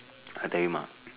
I tell him lah